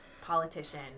politician